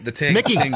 Mickey